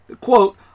quote